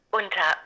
unter